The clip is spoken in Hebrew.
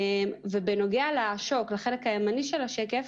בנוגע לשוק, לחלק הימני של השקף,